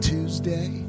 Tuesday